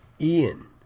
Ian